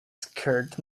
scared